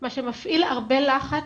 מה שמפעיל הרבה לחץ.